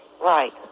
Right